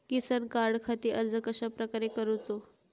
किसान कार्डखाती अर्ज कश्याप्रकारे करूचो?